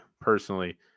personally